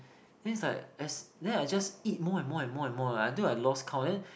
then it's like as then I just eat more and more and more eh until I lost count then